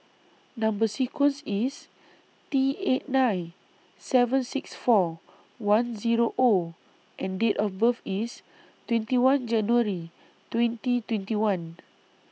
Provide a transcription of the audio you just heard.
Number sequence IS T eight nine seven six four one Zero O and Date of birth IS twenty one January twenty twenty one